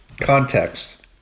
context